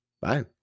bye